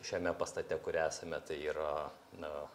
šiame pastate kur esame tai yra na